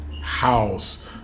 house